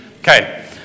Okay